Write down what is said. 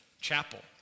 chapel